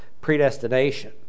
predestination